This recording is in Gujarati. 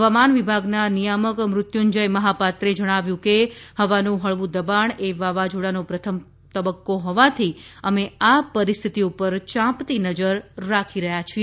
હવામાન વિભાગના નિયામક મૃત્યુંજય મહાપાત્રે જણાવ્યું હતું કે હવાનું હળવું દબાણ એ વાવાઝોડાનો પ્રથમ તબક્કો હોવાથી અમે આ પરિસ્થિતિ ઉપર ચાંપતી નજર રાખી રહ્યા છીએ